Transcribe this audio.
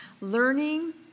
Learning